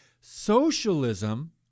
socialism